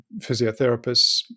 physiotherapists